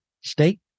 state